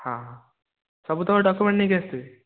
ହଁ ହଁ ସବୁତକ ଡକ୍ୟୁମେଣ୍ଟ ନେଇ ଆସିଥିବ